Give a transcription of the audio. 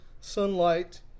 sunlight